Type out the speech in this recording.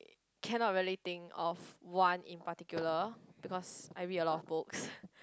cannot really think of one in particular because I read a lot of books